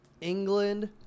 England